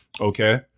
Okay